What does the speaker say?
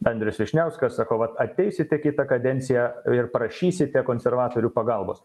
andrius vyšniauskas sako vat ateisite kitą kadenciją ir prašysite konservatorių pagalbos